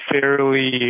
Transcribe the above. fairly